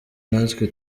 natwe